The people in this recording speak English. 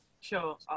Sure